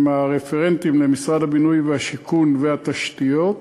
עם הרפרנטים למשרד הבינוי והשיכון ולמשרד התשתיות,